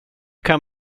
kan